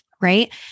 Right